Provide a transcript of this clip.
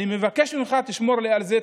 אני מבקש ממך שתשמור לי על זה,